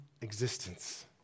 existence